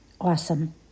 Awesome